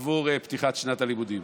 עבור פתיחת שנת הלימודים.